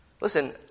Listen